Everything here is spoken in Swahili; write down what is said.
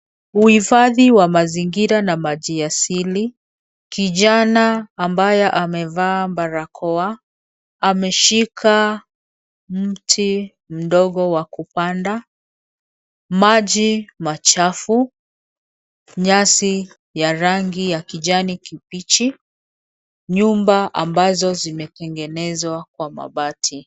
Uhifadhi wa mazingira na maji asili. Kijana ambaye amevaa barakoa ameshika mti mdogo wa kupanda. Maji machafu, nyasi ya rangi ya kijani kibichi, nyumba ambazo zimetengenezwa kwa mabati.